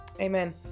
Amen